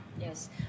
Yes